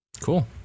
Cool